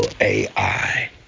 AI